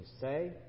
say